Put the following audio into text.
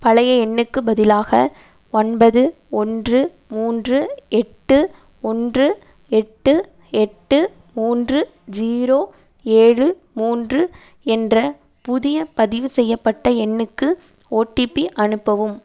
பழைய எண்ணுக்கு பதிலாக ஒன்பது ஒன்று மூன்று எட்டு ஒன்று எட்டு எட்டு மூன்று ஜீரோ ஏழு மூன்று என்ற புதிய பதிவுசெய்யப்பட்ட எண்ணுக்கு ஓடிபி அனுப்பவும்